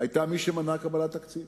היתה מי שמנעה קבלת תקציב,